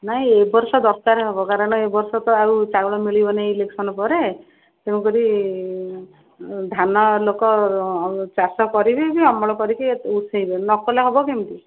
ନାଇଁ ଏ ବର୍ଷ ଦରକାରେ ହବ କାରଣ ଏ ବର୍ଷ ତ ଆଉ ଚାଉଳ ମିଳିବନି ଇଲେକ୍ସନ୍ ପରେ ତେଣୁକରି ଧାନ ଲୋକ ଚାଷ କରିବେ ଅମଳ କରିକି ଉସେଇଁବେ ନକଲେ ହବ କେମିତି